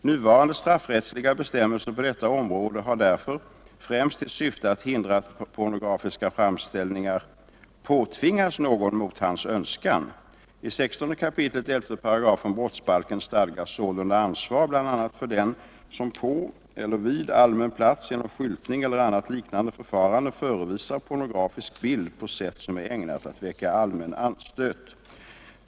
Nuvarande straffrättsliga bestämmelser på detta område har därför främst till syfte att hindra att pornografiska framställningar påtvingas någon mot hans önskan. I 16 kap. 11§ brottsbalken stadgas sålunda ansvar bl.a. för den som på eller vid allmän plats genom skyltning eller annat liknande förfarande förevisar pornografisk bild på sätt som är ägnat att väcka allmän anstöt.